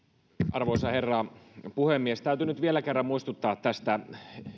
arvoisa herra puhemies täytyy nyt vielä kerran muistuttaa tästä